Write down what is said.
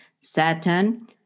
Saturn